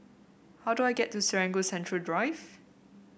how do I get to Serangoon Central Drive